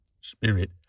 Spirit